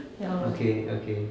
okay okay